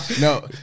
No